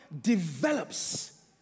develops